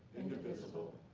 indivisible,